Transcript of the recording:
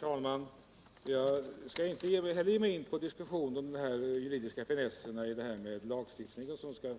Herr talman! Jag skall inte heller ge mig in på en diskussion om de juridiska finesser i lagstiftningen som skall